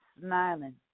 smiling